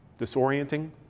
disorienting